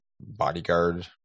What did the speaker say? bodyguard